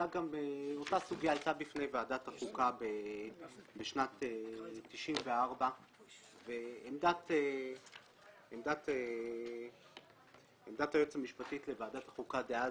אותה סוגיה עלתה בפני ועדת החוקה בשנת 1994. עמדת היועצת המשפטית בוועדת החוקה דאז,